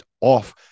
off